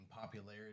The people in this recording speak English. popularity